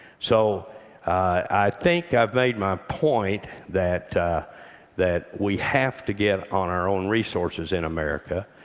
so i think i've made my point that that we have to get on our own resources in america.